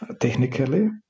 technically